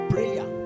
Prayer